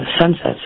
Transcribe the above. sunsets